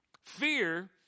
Fear